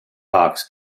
box